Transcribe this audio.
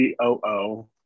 COO